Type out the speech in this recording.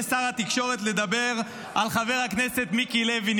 עולה שר התקשורת לדבר על חבר הכנסת מיקי לוי,